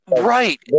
Right